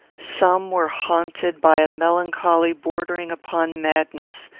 some were haunted by a melancholy bordering upon madness,